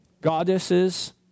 goddesses